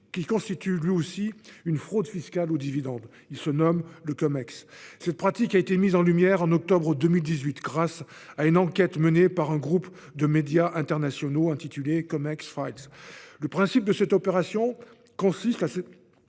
qui constitue lui aussi une fraude fiscale aux dividendes : il se nomme le CumEx. Cette pratique a été mise en lumière en octobre 2018 grâce à une enquête menée par un groupe de médias internationaux, intitulée. Le principe de cette opération consiste à